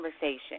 conversation